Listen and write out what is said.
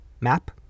Map